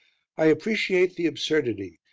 i appreciate the absurdity,